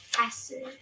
Acid